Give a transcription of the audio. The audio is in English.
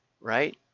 right